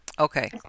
Okay